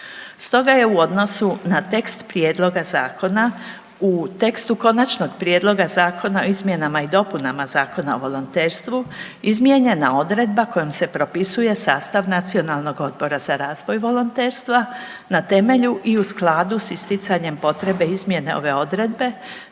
Stoga je u odnosu na tekst prijedloga zakona u tekstu Konačnog prijedloga zakona o izmjenama i dopunama Zakona o volonterstvu izmijenjena odredba kojom se propisuje sastav Nacionalnog odbora za razvoj volonterstva na temelju i u skladu s isticanjem potrebe izmjene ove odredbe